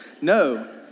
no